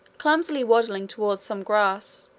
clumsily waddling towards some grass,